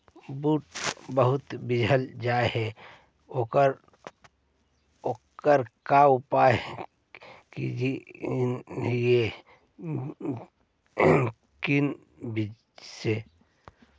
बुट बहुत बिजझ जा हे ओकर का उपाय करियै कि न बिजझे?